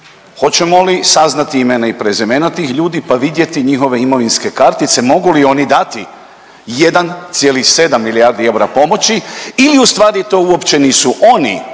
Hoćemo li saznati imena i prezimena tih ljudi pa vidjeti njihove imovinske kartice mogu li oni dati 1,7 milijardi eura pomoći ili ustvari to uopće nisu oni